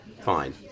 fine